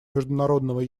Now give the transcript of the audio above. международного